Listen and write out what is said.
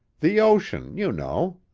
the ocean, you know.